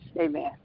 Amen